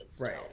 Right